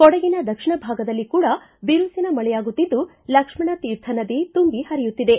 ಕೊಡಗಿನ ದಕ್ಷಿಣ ಭಾಗದಲ್ಲಿ ಕೂಡ ಬಿರುಸಿನ ಮಳೆಯಾಗುತ್ತಿದ್ದು ಲಕ್ಷ್ಮಣ ತೀರ್ಥ ನದಿ ತುಂಬಿ ಪರಿಯುತ್ತಿದೆ